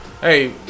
Hey